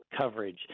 coverage